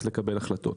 איך לקבל החלטות.